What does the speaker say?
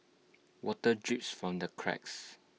water drips from the cracks